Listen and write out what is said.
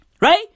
Right